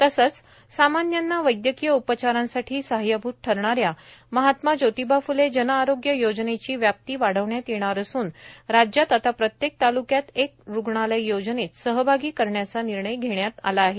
तसंच सामान्यांना वैद्यकीय उपचारांसाठी सहाय्यभूत ठरणाऱ्या महात्मा जोतिबा फ्ले जनआरोग्य योजनेची व्याप्ती वाढविण्यात येणार असून राज्यात आता प्रत्येक तालुक्यात एक रुग्णालय योजनेत सहभागी करण्याचा निर्णय घेण्यात आला आहे